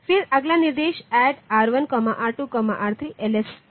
फिर अगला निर्देश ADD R1 R2 R3 LSL 2 है